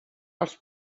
als